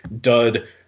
dud